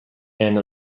and